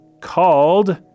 called